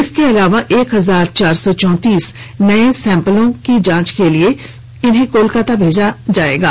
इसके अलावा एक हजार चार सौ चौंतीस नए सैम्पल जांच के लिए कोलकाता भेजे जांएगे